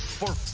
for